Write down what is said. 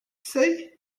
say